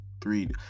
three